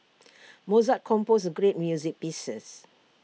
Mozart composed great music pieces